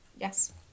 Yes